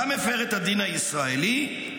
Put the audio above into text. גם הפר את הדין הישראלי -- הוא יישאר,